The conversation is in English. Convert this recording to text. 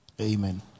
amen